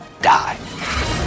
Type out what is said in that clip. die